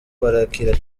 barakira